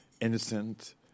Innocent